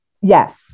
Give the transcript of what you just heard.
yes